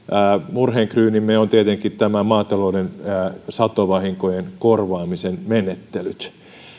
murheen kryynimme on tietenkin maatalouden satovahinkojen korvaamisen menettelyt